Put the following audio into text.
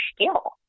skill